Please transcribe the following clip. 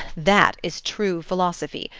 that is true philosophy.